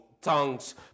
tongues